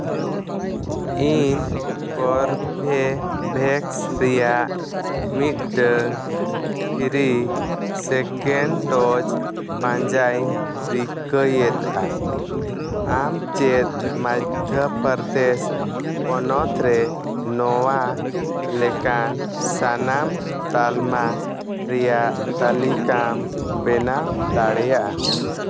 ᱤᱧ ᱠᱚᱨᱵᱮᱵᱷᱮᱠᱥ ᱨᱮᱭᱟᱜ ᱢᱤᱫᱴᱟᱹᱝ ᱯᱷᱨᱤ ᱥᱮᱠᱮᱱᱰ ᱰᱳᱡᱽ ᱯᱟᱸᱡᱟᱧᱤᱧ ᱨᱤᱠᱟᱹᱭᱮᱫᱟ ᱟᱢ ᱪᱮᱫ ᱢᱚᱭᱫᱽᱫᱷᱚᱯᱚᱨᱫᱮᱥ ᱯᱚᱱᱚᱛ ᱨᱮ ᱱᱚᱣᱟ ᱞᱮᱠᱟᱱ ᱥᱟᱱᱟᱢ ᱛᱟᱞᱢᱟ ᱨᱮᱭᱟᱜ ᱛᱟᱹᱞᱤᱠᱟᱢ ᱵᱮᱱᱟᱣ ᱫᱟᱲᱮᱭᱟᱜᱼᱟ